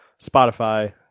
Spotify